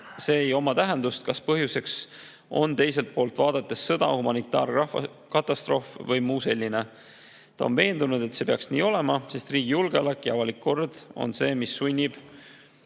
ja pole tähtis, kas põhjuseks on teiselt poolt vaadates sõda, humanitaarkatastroof või muu selline. Ta on veendunud, et see peaks nii olema, sest riigi julgeolek ja avalik kord sunnib